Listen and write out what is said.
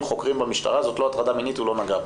חוקרים במשטרה שזו לא הטרדה מינית כי הוא לא נגע בה.